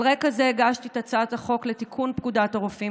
על רקע זה הגשתי את הצעת החוק לתיקון פקודת הרופאים,